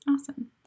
Awesome